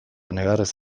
negarrez